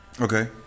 Okay